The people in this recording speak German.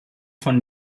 von